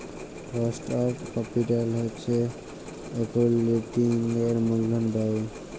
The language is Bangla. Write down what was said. কস্ট অফ ক্যাপিটাল হছে একাউল্টিংয়ের মূলধল ব্যায়